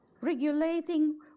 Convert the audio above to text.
regulating